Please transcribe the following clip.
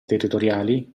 territoriali